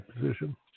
position